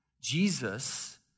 Jesus